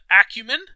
acumen